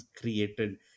created